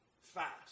fast